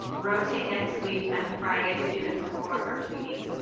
rotate next week, and friday student support or pd.